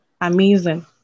Amazing